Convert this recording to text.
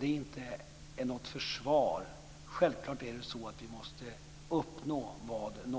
Det är inte något försvar. Självklart måste vi uppnå vad som